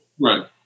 Right